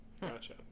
Gotcha